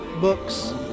books